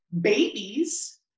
babies